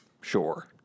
Sure